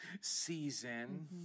season